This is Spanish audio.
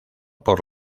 por